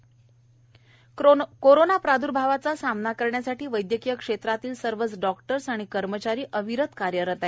चंद्रप्र corona प्राद्भावाचा सामना करण्यासाठी वैद्यकीय क्षेत्रातील सर्वच डॉक्टर आणि कर्मचारी अविरत कार्य करत आहेत